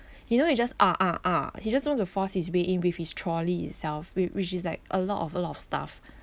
you know he just ah ah ah he just want to force his way in with his trolley itself with which is like a lot of a lot of stuff